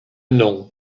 nom